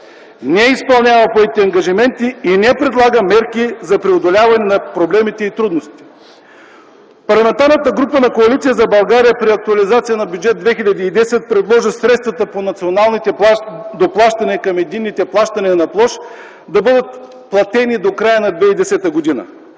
не изпълнява поетите ангажименти и не предлага мерки за преодоляване на проблемите и трудностите. Парламентарната група на Коалиция за България при актуализацията на Бюджет 2010 предложи средствата по националните доплащания към единните плащания на площ да бъдат платени до края на 2010 г.